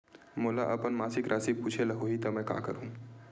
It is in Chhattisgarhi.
मोला अपन मासिक राशि पूछे ल होही त मैं का करहु?